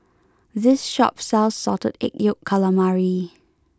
this shop sells Salted Egg Yolk Calamari